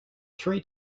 three